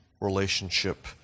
relationship